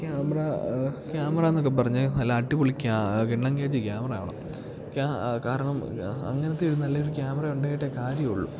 camera ക്യാമറയെന്നൊക്കെ പറഞ്ഞ് നല്ല അടിപൊളി കിണ്ണംകാച്ചി ക്യാമറ ആവണം കാരണം അങ്ങനത്തെ ഒരു നല്ലൊരു ക്യാമറ ഉണ്ടായിട്ടേ കാര്യമുള്ളു